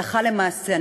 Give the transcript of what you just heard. הלכה למעשה.